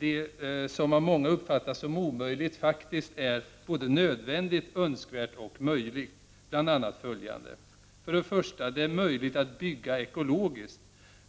det som av många uppfattas som omöjligt faktiskt är såväl nödvändigt och önskvärt som möjligt. Det gäller bl.a. följande. 1. Det är möjligt att bygga ekologiskt.